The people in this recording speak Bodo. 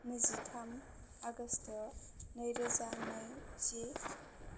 नैजिथाम आगस्त' नैरोजा नैजि